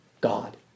God